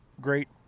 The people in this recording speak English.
great